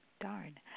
Darn